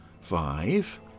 five